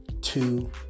two